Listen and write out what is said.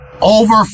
over